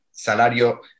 salario